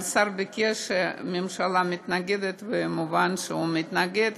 אבל השר ביקש, הממשלה מתנגדת, ומובן שהוא מתנגד.